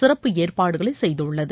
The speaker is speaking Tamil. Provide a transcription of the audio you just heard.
சிறப்பு ஏற்பாடுகளை செய்துள்ளது